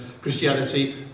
Christianity